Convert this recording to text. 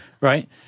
Right